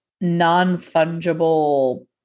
non-fungible